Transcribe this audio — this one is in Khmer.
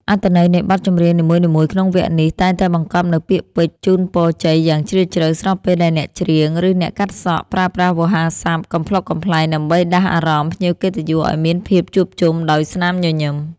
អត្ថន័យនៃបទចម្រៀងនីមួយៗក្នុងវគ្គនេះ តែងតែបង្កប់នូវពាក្យពេចន៍ជូនពរជ័យយ៉ាងជ្រាលជ្រៅ ស្របពេលដែលអ្នកច្រៀង ឬអ្នកកាត់សក់ ប្រើប្រាស់វោហារស័ព្ទកំប្លុកកំប្លែងដើម្បីដាស់អារម្មណ៍ភ្ញៀវកិត្តិយសឱ្យមានភាពជួបជុំដោយស្នាមញញឹម។